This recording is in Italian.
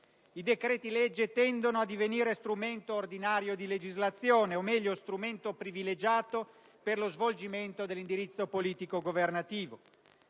I decreti-legge tendono a divenire strumento ordinario di legislazione o, meglio, strumento privilegiato per lo svolgimento dell'indirizzo politico governativo.